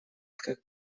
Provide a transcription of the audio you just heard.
как